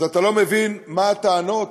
אז אתה לא מבין מה הטענות,